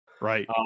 Right